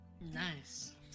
Nice